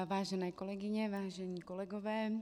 Vážené kolegyně, vážení kolegové.